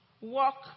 Walk